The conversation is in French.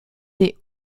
des